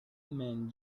mans